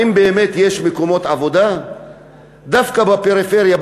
האם באמת יש מקומות עבודה דווקא בפריפריה,